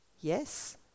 Yes